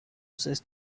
says